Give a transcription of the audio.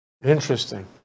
interesting